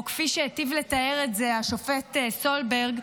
או כפי שהיטיב לתאר את זה השופט סולברג,